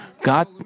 God